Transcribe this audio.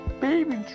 Baby